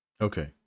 Okay